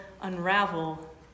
unravel